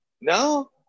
No